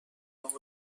اونم